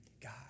God